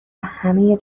همه